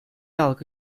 halkı